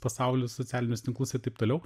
pasaulius socialinius tinklus ir taip toliau